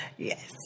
Yes